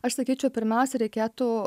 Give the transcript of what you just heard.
aš sakyčiau pirmiausia reikėtų